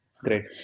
Great